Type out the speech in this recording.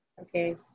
Okay